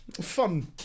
fun